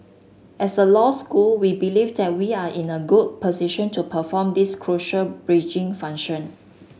as a law school we believe that we are in a good position to perform this crucial bridging function